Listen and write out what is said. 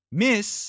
Miss